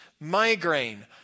migraine